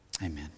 Amen